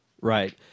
right